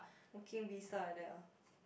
working visa like that ah